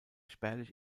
spärlich